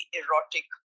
erotic